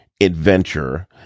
adventure